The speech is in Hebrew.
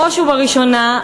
בראש ובראשונה,